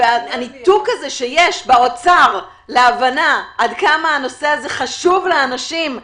והניתוק הזה שיש באוצר להבנה עד כמה הנושא הזה חשוב לאנשים,